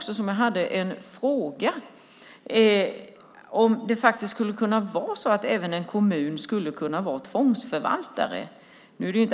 Skulle en kommun kunna vara tvångsförvaltare?